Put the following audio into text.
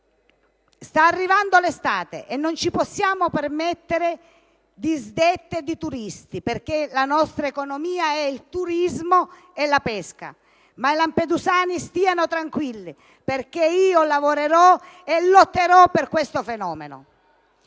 Sta arrivando l'estate, e non ci possiamo permettere disdette di turisti, perché la nostra economia si basa sul turismo e sulla pesca. Ma i lampedusani stiano tranquilli, perché io lavorerò e lotterò per combattere questo fenomeno.